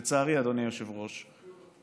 לצערי, אדוני היושב בראש,